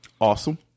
Awesome